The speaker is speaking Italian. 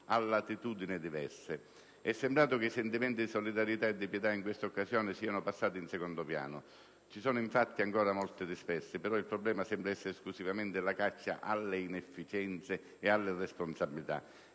a latitudini diverse. È sembrato che i sentimenti di solidarietà e di pietà in questa occasione siano passati in secondo piano. Ci sono infatti ancora molti dispersi, però il problema sembra essere esclusivamente la caccia alle inefficienze e alle responsabilità.